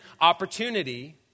opportunity